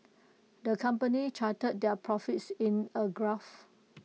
the company charted their profits in A graph